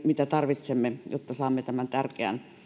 mitä tarvitsemme jotta saamme tämän tärkeän